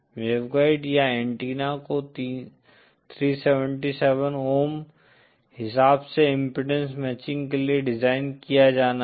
waveguide या antenna को 377 ohm हिसाब से इम्पीडेन्स मैचिंग के लिए डिज़ाइन किया जाना है